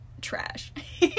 trash